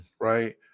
right